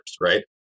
Right